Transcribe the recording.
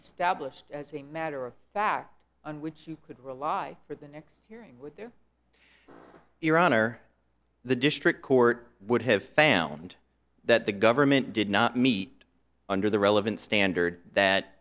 established as a matter of fact on which you could rely for the next hearing there iran or the district court would have found that the government did not meet under the relevant standard that